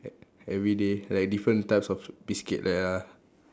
e~ everyday like different types of biscuit like that ah